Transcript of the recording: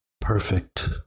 perfect